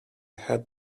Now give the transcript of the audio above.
had